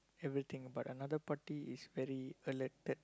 everything but another party is very alerted